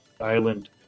island